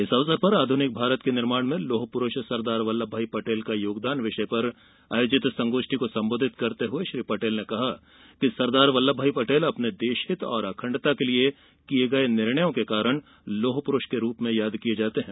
इस अवसर पर आधुनिक भारत के निर्माण में लौह पुरूष सरदार बल्लभ भाई पटेल का योगदान चिषय पर आयोजित संगोष्ठी को सम्बोधित करते हुए श्री पटेल ने कहा कि सरदार वल्लभ भाई पटेल अपने देशहित और अखंडता के लिए किए गए निर्णयों के कारण लौह पुरुष के रूप में याद किये जाते हैं